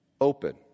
open